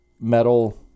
metal